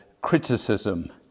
criticism